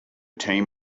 team